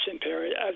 period